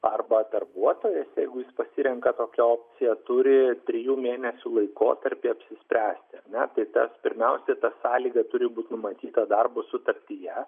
arba darbuotojas jeigu jis pasirenka tokią opciją turi trijų mėnesių laikotarpy apsispręsti ar ne tai pirmiausia ta sąlyga turi būti numatyta darbo sutartyje